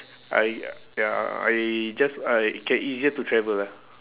I uh ya I just I can easier to travel lah